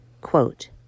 Quote